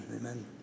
Amen